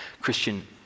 Christian